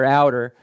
outer